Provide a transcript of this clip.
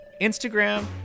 Instagram